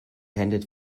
handed